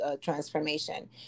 transformation